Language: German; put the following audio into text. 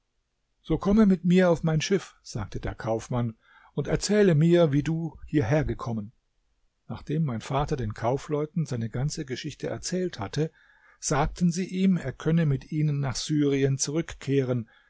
so komme mit mir auf mein schiff sagte der kaufmann und erzähle mir wie du hierher gekommen nachdem mein vater den kaufleuten seine ganze geschichte erzählt hatte sagten sie ihm er könne mit ihnen nach syrien zurückkehren